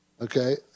Okay